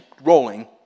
rolling